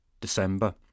December